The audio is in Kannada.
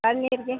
ಪನೀರಿಗೆ